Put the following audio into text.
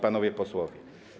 Panowie Posłowie!